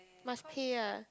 must pay ah